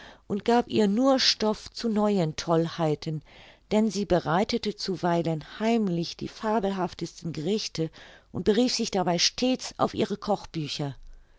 und gab ihr nur stoff zu neuen tollheiten denn sie bereitete zuweilen heimlich die fabelhaftesten gerichte und berief sich dabei stets auf ihre kochbücher